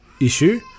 issue